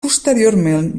posteriorment